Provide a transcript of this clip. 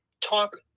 talk